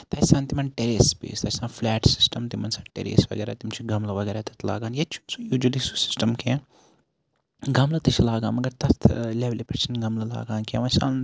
تَتہِ چھِ آسان تِمن ٹیریسٔز بیس تَتہِ چھُ آسان فِلیٹ سِسٹم تِمن چھِ آسان ٹیریس وغیرہ تِم چھِ گملہٕ وغیرہ تَتہِ لگان ییٚتہِ چھُںہٕ سُہ یوٗجؤلی سُہ سِسٹَم کیٚنٛہہ گَملہٕ تہِ چھِ لگان مَگر تَتھ لیولہِ پیٹھ چھِنہٕ گَملہٕ لگان کیٚنٛہہ